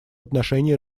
отношении